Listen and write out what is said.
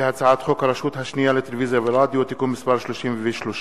הודעה לסגן מזכירת הכנסת.